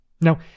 Now